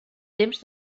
temps